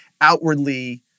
outwardly